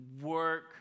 work